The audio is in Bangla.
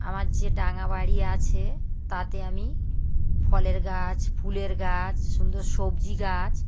আমার যে ডাঙা বাড়ি আছে তাতে আমি ফলের গাছ ফুলের গাছ সুন্দর সবজি গাছ